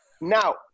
Now